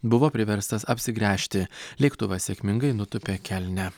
buvo priverstas apsigręžti lėktuvas sėkmingai nutūpė kelne